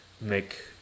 make